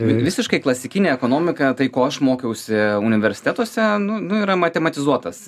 visiškai klasikinė ekonomika tai ko aš mokiausi universitetuose nu nu yra matematizuotas